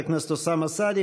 תודה, חבר הכנסת אוסאמה סעדי.